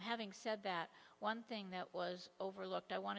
having said that one thing that was overlooked i want to